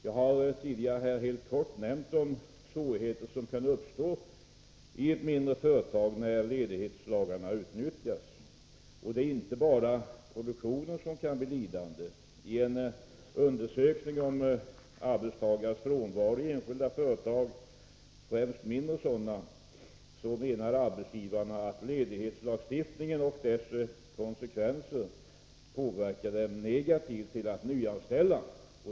Jag har här tidigare helt kort nämnt de svårigheter som kan uppstå när ledighetslagarna utnyttjas i ett mindre företag. Det är inte bara produktionen som kan bli lidande. I en undersökning om arbetstagares frånvaro i enskilda företag, främst mindre sådana, menar arbetsgivarna att ledighetslagstiftningen och dess konsekvenser påverkar dem negativt till att nyanställa.